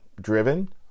driven